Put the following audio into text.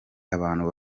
abantu